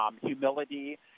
humility